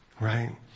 Right